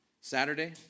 Saturday